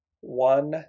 one